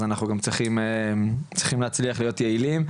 אז אנחנו צריכים להצליח להיות יעילים,